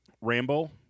Rambo